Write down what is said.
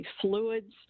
fluids